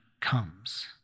comes